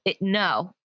no